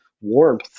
warmth